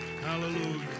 Hallelujah